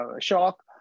shock